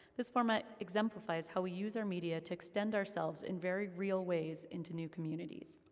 this format exemplifies how we use our media to extend ourselves in very real ways into new communities.